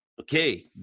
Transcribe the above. okay